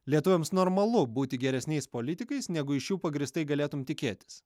lietuviams normalu būti geresniais politikais negu iš jų pagrįstai galėtum tikėtis